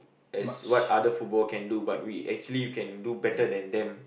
as what other football can do but we actually we can do better than them